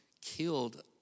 killed